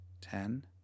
ten